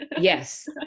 yes